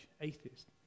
atheist